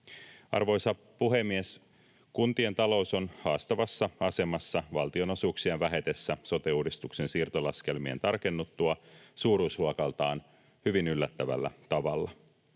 Arvoisa puhemies! Kuntien talous on haastavassa asemassa valtionosuuksien vähetessä sote-uudistuksen siirtolaskelmien tarkennuttua suuruusluokaltaan hyvin yllättävällä tavalla.